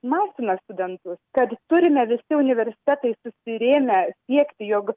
masina studentus tad turime visi universitetai susirėmę siekti jog